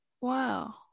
Wow